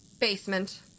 Basement